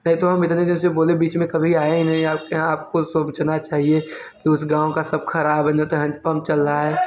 नहीं तो हम इतने देर से बोले बीच में कभी आए ही नहीं आपके यहाँ आपको सोचना चाहिए कि उस गाँव का सब खराब है न तो हैंडपंप चल रहा है